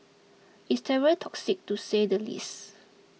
it's terribly toxic to say the least